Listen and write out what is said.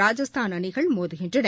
ராஜஸ்தான் அணிகள் மோதுகின்றன